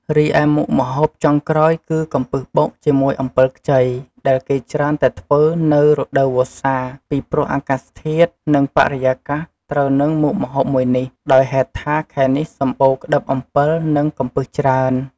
រីឯមុខម្ហូបចុងក្រោយគឺកំពឹសបុកជាមួយអំពិលខ្ចី ដែលគេច្រើនតែធ្វើនៅរដូវស្សាពីព្រោះអាកាសធាតុ និងបរិយាកាសត្រូវនឹងមុខម្ហូបមួយនេះ ដោយហេតុថាខែនេះសំបូរក្តិបអំពិល និងកំពឹសច្រើន។